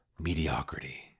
mediocrity